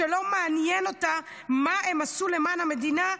שלא מעניין אותה מה הם עשו למען המדינה,